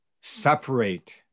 separate